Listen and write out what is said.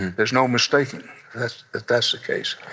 there's no mistaking if that's the case.